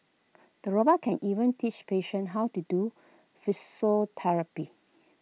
the robot can even teach patients how to do physiotherapy